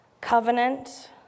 covenant